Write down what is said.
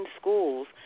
schools